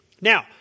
Now